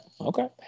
Okay